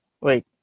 Wait